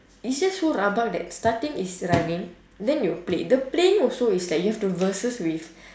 is just so rabak that starting is running then you play the playing also is like you have to versus with